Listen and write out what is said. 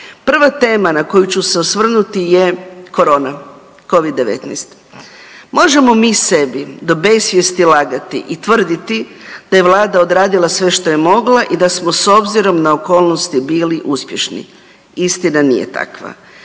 Prva tema na koju ću se osvrnuti je korona, Covid-19. Možemo mi sebi do besvijesti lagati i tvrditi da je Vlada odradila sve što je mogla i da smo s obzirom na okolnosti bili uspješni. Istina nije takva.